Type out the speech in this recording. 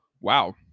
Wow